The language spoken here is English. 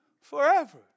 forever